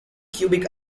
cubic